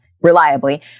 reliably